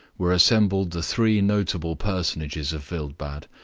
were assembled the three notable personages of wildbad,